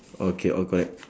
okay all correct